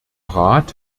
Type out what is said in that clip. rat